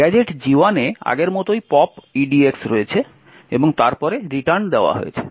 gadget G1 এ আগের মতই পপ edx রয়েছে এবং তারপরে রিটার্ন দেওয়া হয়েছে